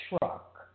truck